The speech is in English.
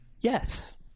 yes